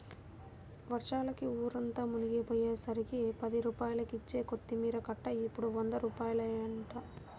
వర్షాలకి ఊరంతా మునిగిపొయ్యేసరికి పది రూపాయలకిచ్చే కొత్తిమీర కట్ట ఇప్పుడు వంద రూపాయలంటన్నారు